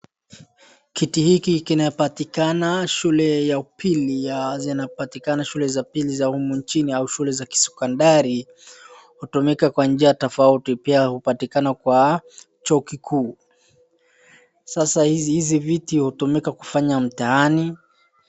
Kiti hiki kinapatikana shule ya upili ya zinapatikaa shule za upili za humu nchini au shule za kisekodari. Hutumika kwa njia tofauti. Pia hupatikana kwa chuo kikuu. Sasa hizi viti hutumika kufanya mtihani.